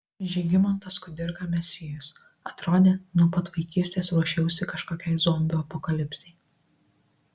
žygimantas kudirka mesijus atrodė nuo pat vaikystės ruošiausi kažkokiai zombių apokalipsei